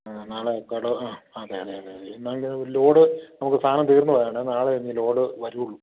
ആ നാളെ അവക്കാടൊ ആ അതെയതെ നാളെ ലോഡ് നമുക്ക് സാധനം തീർന്ന് പോയത് കൊണ്ടാണ് നാളെ ഇനി ലോഡ് വരികയുള്ളു